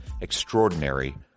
extraordinary